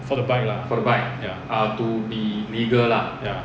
for the bike lah ya ya